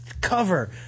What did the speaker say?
cover